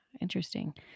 Interesting